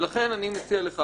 אני מציע לך,